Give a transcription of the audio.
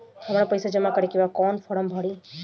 हमरा पइसा जमा करेके बा कवन फारम भरी?